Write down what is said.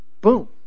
Boom